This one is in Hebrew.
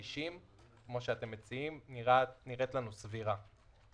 60, כמו שאתם מציעים, נראית לנו סבירה.